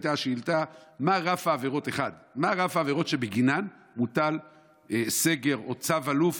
זאת הייתה השאילתה: מה רף העבירות שבגינן מוטל סגר או צו אלוף,